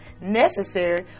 necessary